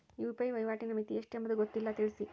UPI ವಹಿವಾಟಿನ ಮಿತಿ ಎಷ್ಟು ಎಂಬುದು ಗೊತ್ತಿಲ್ಲ? ತಿಳಿಸಿ?